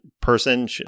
person